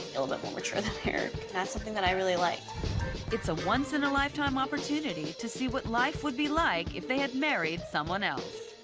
a little bit more mature than eric. and that's something that i really like. narrator it's a once-in-a-lifetime opportunity to see what life would be like if they had married someone else.